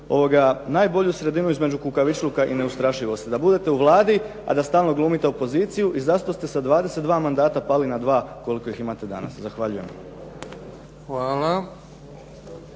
ste najbolju sredinu našli između kukavičluka i neustrašivosti, da bude u Vladi i da stalno glumite opoziciju i zato ste sa 22 mandata pali na 2 koliko ih imate danas. Zahvaljujem.